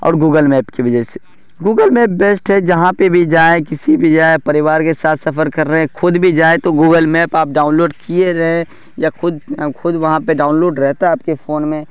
اور Google map کی وجہ سے گوگل میپ بیسٹ ہے جہاں پہ بھی جائے کسی بھی جائے پریوار کے ساتھ سفر کر رہے ہے خود بھی جائے تو گوگل میپ آپ ڈاؤن لوڈ کیے رہے یا خود خود وہاں پہ ڈاؤن لوڈ رہتا ہے آپ کے فون میں